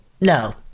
No